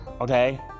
okay